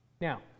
Now